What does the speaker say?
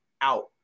out